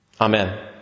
Amen